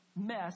mess